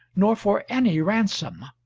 nor for any ransom.